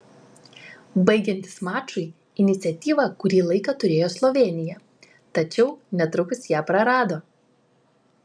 baigiantis mačui iniciatyvą kuri laiką turėjo slovėnija tačiau netrukus ją prarado